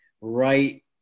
right